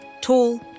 Tall